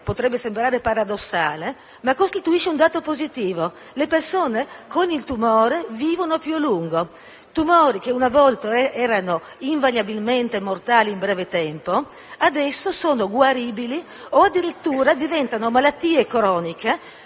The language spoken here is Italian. - può sembrare paradossale - costituisce un dato positivo. Le persone con il tumore vivono infatti più a lungo. Tumori che una volta erano invariabilmente mortali in breve tempo, adesso sono guaribili o - addirittura - diventano malattie croniche